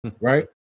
right